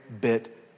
bit